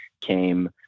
came